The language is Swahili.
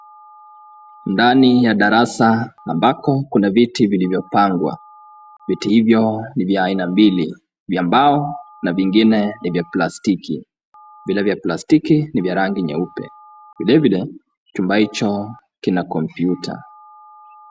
Ndani ya darasa ambako kuna viti vilivyopangwa. Viti hivyo ni vya aina mbili vya mbao na vingine ni vya plastiki. Vile vya plastiki ni vya rangi nyeupe. Vilevile chumba hicho kina komputa.